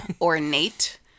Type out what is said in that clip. ornate